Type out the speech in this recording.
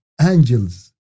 angels